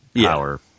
power